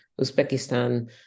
Uzbekistan